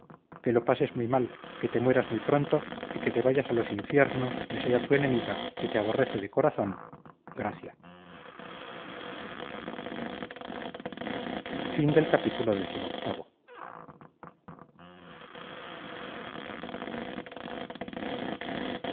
que lo pases muy mal que te mueras muy pronto y que te vayas a los infiernos desea tu enemiga que te aborrece de corazón gracia